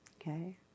Okay